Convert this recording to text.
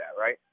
right